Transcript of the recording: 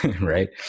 right